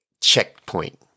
checkpoint